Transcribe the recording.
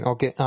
Okay